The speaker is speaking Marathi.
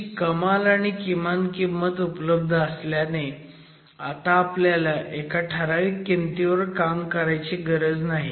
अशी कमाल आणि किमान किंमत उपलब्ध असल्याने आता आपल्याला एका ठराविक किमतीवर काम करायची गरज नाही